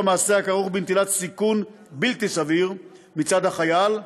מעשה הכרוך בנטילת סיכון בלתי סביר מצד החייל,